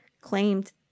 claimed